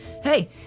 Hey